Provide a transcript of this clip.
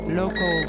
local